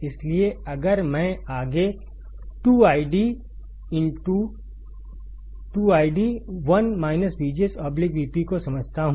इसलिए अगर मैं आगे 2 ID 1 VGS Vp को समझता हूं